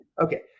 Okay